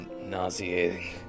nauseating